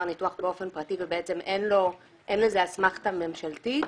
ניתוח באופן פרטי ובעצם אין לזה אסמכתה ממשלתית,